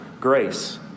grace